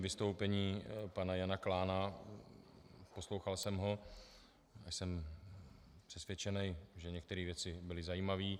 Vystoupení pana Jana Klána, poslouchal jsem ho a jsem přesvědčený, že některé věci byly zajímavé.